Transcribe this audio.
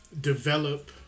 develop